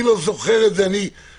אני לא זוכר את זה, אני משנת